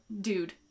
dude